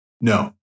No